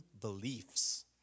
beliefs